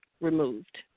removed